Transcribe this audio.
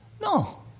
No